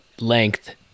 length